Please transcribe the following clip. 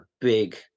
big